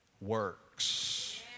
works